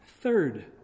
third